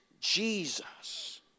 Jesus